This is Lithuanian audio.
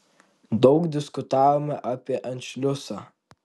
daug diskutavome apie anšliusą